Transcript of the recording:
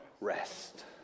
rest